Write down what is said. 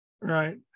right